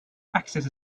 axis